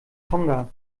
tonga